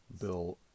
Bill